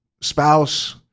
spouse